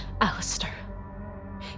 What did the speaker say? Alistair